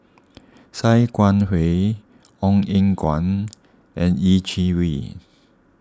Sia Kah Hui Ong Eng Guan and Yeh Chi Wei